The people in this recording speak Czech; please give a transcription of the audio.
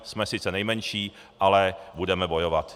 Jsme sice nejmenší, ale budeme bojovat.